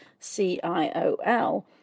CIOL